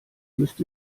müsst